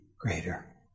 greater